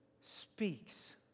speaks